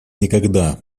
никогда